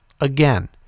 again